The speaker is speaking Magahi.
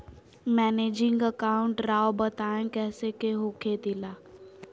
मैनेजिंग अकाउंट राव बताएं कैसे के हो खेती ला?